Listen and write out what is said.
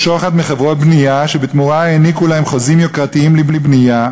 שוחד מחברות בנייה שבתמורה העניקו להם חוזים יוקרתיים לבנייה"